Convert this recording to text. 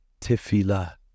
tefillah